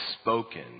spoken